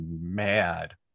mad